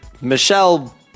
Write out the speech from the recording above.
Michelle